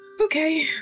okay